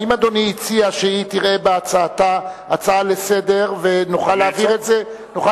האם אדוני הציע שהיא תראה בהצעתה הצעה לסדר-היום ונוכל להעביר את זה,